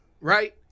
Right